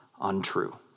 untrue